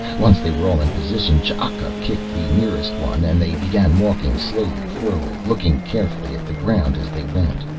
once they were all in position ch'aka kicked the nearest one and they began walking slowly forward looking carefully at the ground as they went.